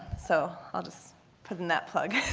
so i'll just put in that plug.